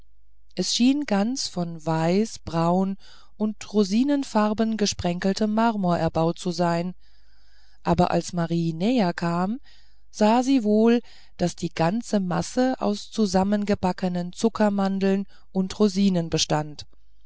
es schien ganz von weiß braun und rosinfarben gesprenkeltem marmor erbaut zu sein aber als marie näher kam sah sie wohl daß die ganze masse aus zusammengebackenen zuckermandeln und rosinen bestand